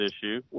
issue